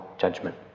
judgment